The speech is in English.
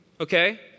Okay